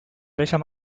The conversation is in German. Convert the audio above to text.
welcher